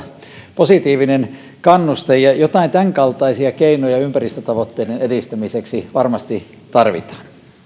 positiivinen kannuste ja jotain tämänkaltaisia keinoja ympäristötavoitteiden edistämiseksi varmasti tarvitaan